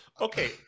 Okay